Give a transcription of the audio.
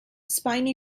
spiny